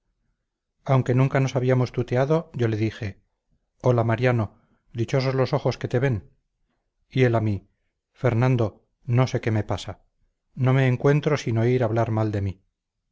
aunque nunca nos habíamos tuteado yo le dije hola mariano dichosos los ojos que te ven y él a mí fernando no sé qué me pasa no me encuentro sin oír hablar mal de mí